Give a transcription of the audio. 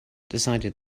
decided